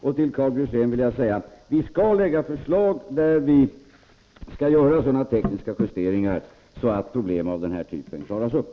Till Karl Björzén vill jag säga att vi skall lägga fram förslag om att göra sådana tekniska justeringar att problem av den här typen klaras upp.